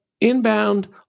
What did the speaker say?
inbound